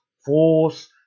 force